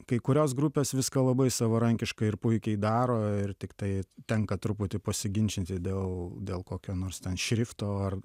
kai kurios grupės viską labai savarankiškai ir puikiai daro ir tiktai tenka truputį pasiginčyti dėl dėl kokio nors ten šrifto ar